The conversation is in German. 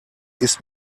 ist